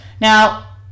Now